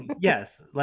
Yes